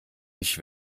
ich